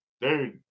dude